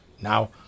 Now